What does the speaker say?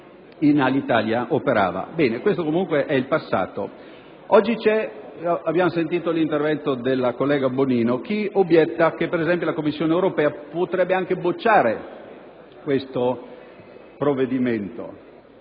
in Alitalia operava. Questo comunque è il passato. Oggi - abbiamo ascoltato l'intervento della collega Bonino - c'è chi obietta che la Commissione europea potrebbe anche bocciare questo provvedimento.